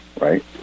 right